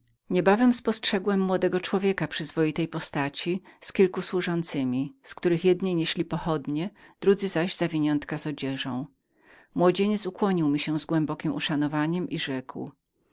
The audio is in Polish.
niebawem postrzegłem młodego człowieka przyzwoitej postaci z kilku służącymi z których jedni nieśli pochodnie drudzy zaś zawiniątka z odzieżą młodzieniec ukłonił mi się z głębokiem uszanowaniem i rzekł